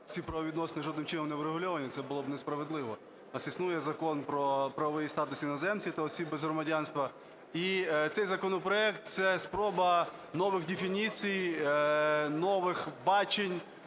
ці правові відносини жодним чином не врегульовані, це було б несправедливо. У нас існує Закон про правовий статус іноземців та осіб без громадянства. І цей законопроект - це спроба нових дефініцій, нових бачень